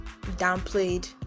downplayed